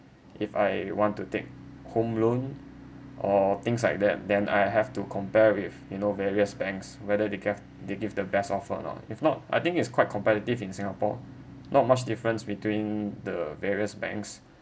if I want to take home loan or things like that then I have to compare with you know various banks whether they gave they give the best offer or not if not I think it's quite competitive in singapore not much difference between the various banks